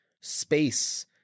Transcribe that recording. space